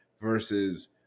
versus –